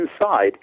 inside